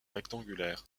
rectangulaire